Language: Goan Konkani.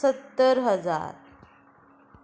सत्तर हजार